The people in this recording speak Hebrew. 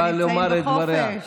באה לומר את דבריה.